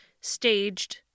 staged